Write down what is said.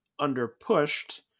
Underpushed